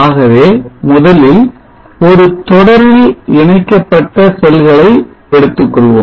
ஆகவே முதலில் ஒரு தொடரில் இணைக்கப்பட்ட செல்களை எடுத்துக்கொள்வோம்